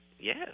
yes